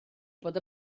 bod